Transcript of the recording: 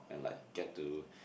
and like get to